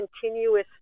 continuous